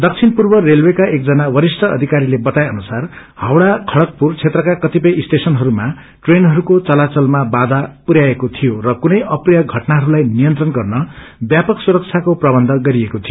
दक्षिण पूर्व रेलवेका एकजना वरिष्ठ अधिकारीले बताए अनुसार झवड़ा खड़गपुर क्षेत्रका कतिपय स्टेशनहरूमा ट्रेनहरूको चलाचलमा वाया पुरयाइएको शीयो र कुनै अप्रिय घटनाहरूलाई नियंत्रण गर्न व्यपक सुरक्षाको प्रवन्य गरिएको थियो